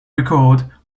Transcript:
record